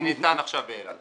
שניתן עכשיו באילת.